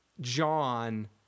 John